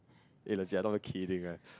eh legit I am not kidding right